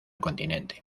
continente